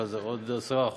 אז זה עוד 10%,